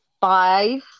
five